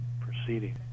proceeding